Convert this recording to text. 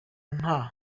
nta